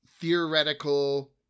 theoretical